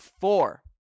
Four